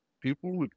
people